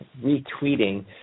retweeting